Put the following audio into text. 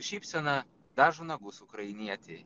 šypsena dažo nagus ukrainietei